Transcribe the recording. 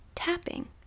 tapping